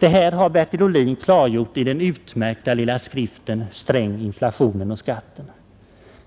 Detta har Bertil Ohlin klargjort i den utmärkta lilla skriften ”Sträng, inflationen och skatten”.